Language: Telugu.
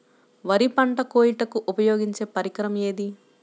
వరి పంట కోయుటకు ఉపయోగించే పరికరం ఏది?